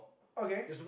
okay